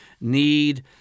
need